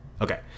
okay